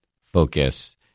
focus